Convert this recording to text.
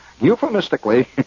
Euphemistically